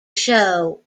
show